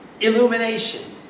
illumination